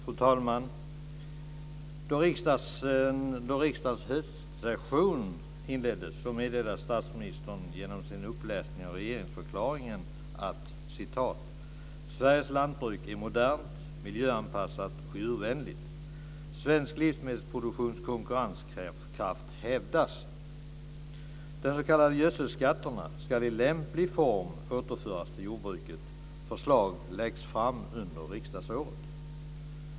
Fru talman! Då riksdagens höstsession inleddes meddelade statsministern genom sin uppläsning av regeringsförklaringen följande: "Sveriges lantbruk är modernt, miljöanpassat och djurvänligt. Svensk livsmedelsproduktions konkurrenskraft hävdas. De s.k. gödselskatterna ska i lämplig form återföras till jordbruket. Förslag läggs fram under riksdagsåret."